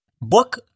Book